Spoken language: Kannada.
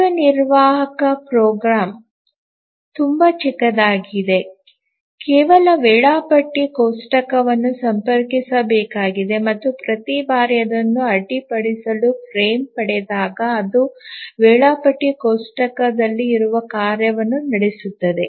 ಕಾರ್ಯನಿರ್ವಾಹಕ ಪ್ರೋಗ್ರಾಂ ತುಂಬಾ ಚಿಕ್ಕದಾಗಿದೆ ಕೇವಲ ವೇಳಾಪಟ್ಟಿ ಕೋಷ್ಟಕವನ್ನು ಸಂಪರ್ಕಿಸಬೇಕಾಗಿದೆ ಮತ್ತು ಪ್ರತಿ ಬಾರಿ ಅದನ್ನು ಅಡ್ಡಿಪಡಿಸಲು ಫ್ರೇಮ್ ಪಡೆದಾಗ ಅದು ವೇಳಾಪಟ್ಟಿ ಕೋಷ್ಟಕದಲ್ಲಿ ಇರುವ ಕಾರ್ಯವನ್ನು ನಡೆಸುತ್ತದೆ